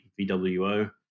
VWO